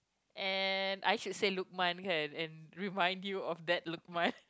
and I should say Luqman kan and remind you of that Luqman